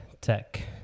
tech